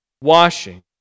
washing